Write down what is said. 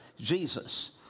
Jesus